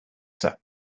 sir